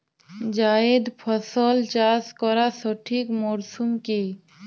জায়েদ ফসল চাষ করার সঠিক মরশুম কি?